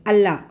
ಅಲ್ಲ